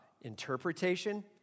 interpretation